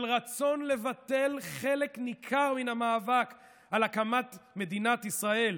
של רצון לבטל חלק ניכר מן המאבק על הקמת מדינת ישראל,